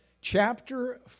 chapter